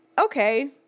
Okay